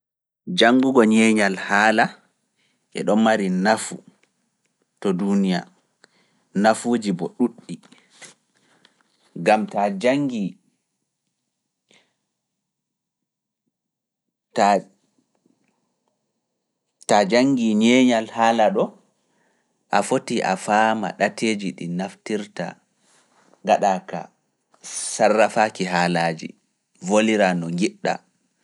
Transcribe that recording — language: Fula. Janngugo ñeeñal haala e ɗon mari nafu to duuniya, nafuuji bo ɗuuɗɗi, ngam taa janngi ñeeñal haala ɗo, a foti a faama ɗateeji ɗi naftirta, gaɗaaka, sarrafaaki haalaaji, volira no njiɗɗa.